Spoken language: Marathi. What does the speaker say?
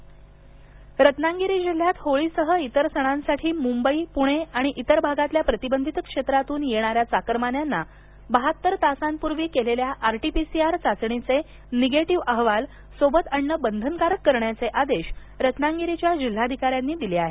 रत्नागिरी रत्नागिरी जिल्ह्यात होळीसह इतर सणासाठी मुंबई पुणे किंवा इतर भागातल्या प्रतिबंधित क्षेत्रातून येणाऱ्या चाकरमान्यांना बहात्तर तासांपूर्वी केलेल्या आरटीपीसीआर चाचणीचे निगेटिव्ह अहवाल सोबत आणणं बंधनकारक करण्याचे आदेश रत्नागिरीच्या जिल्हाधिकाऱ्यांनी दिले आहेत